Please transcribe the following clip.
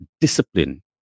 discipline